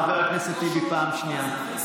חבר הכנסת טיבי, פעם שנייה.